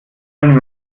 wärmen